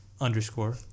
underscore